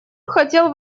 хотел